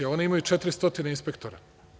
Oni imaju 400 inspektora.